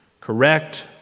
Correct